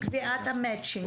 לקביעת ה-Matching,